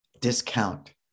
discount